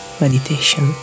meditation